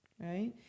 Right